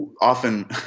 often